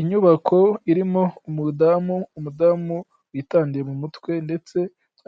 Inyubako irimo umudamu, umudamu witadeye mu mutwe ndetse